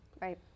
Right